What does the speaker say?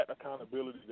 accountability